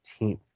18th